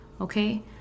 okay